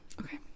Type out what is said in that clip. Okay